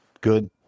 good